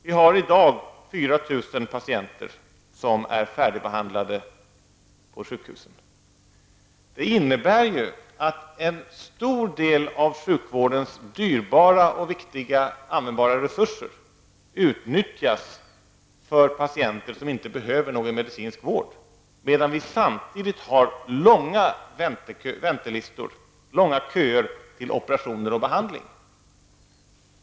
Vi har i dag på sjukhusen 4 000 patienter som är färdigbehandlade. Det innebär att en stor del av sjukvårdens dyrbara, viktiga och användbara resurser utnyttjas för patienter som inte behöver någon medicinsk vård, medan vi samtidigt har långa köer till operation och behandling.